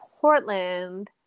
portland